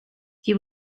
you